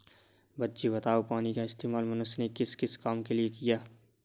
बच्चे बताओ पानी का इस्तेमाल मनुष्य ने किस किस काम के लिए किया?